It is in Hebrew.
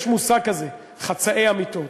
יש מושג כזה "חצאי אמיתות".